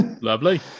lovely